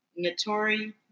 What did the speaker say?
Notori